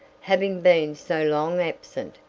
having been so long absent,